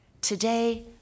Today